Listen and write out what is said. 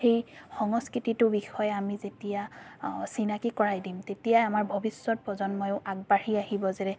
সেই সংস্কৃতিটোৰ বিষয়ে আমি যেতিয়া চিনাকি কৰাই দিম তেতিয়াই আমাৰ ভৱিষ্যৎ প্ৰজন্মইও আগবাঢ়ি আহিব যে